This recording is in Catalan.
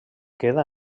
queda